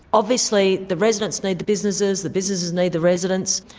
obviously the residents need the businesses, the businesses need the residents.